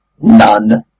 None